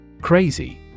Crazy